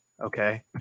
okay